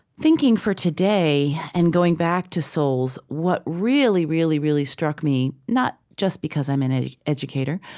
thinking for today and going back to souls, what really, really really struck me not just because i'm an ah educator,